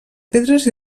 pedres